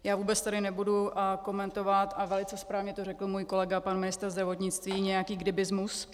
Já tady vůbec nebudu komentovat, a velice správně to řekl můj kolega pan ministr zdravotnictví, nějaký kdybysmus.